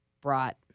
brought